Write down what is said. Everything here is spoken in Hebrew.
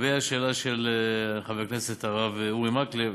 לגבי השאלה של חבר הכנסת הרב אורי מקלב,